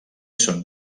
són